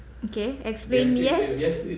okay explain yes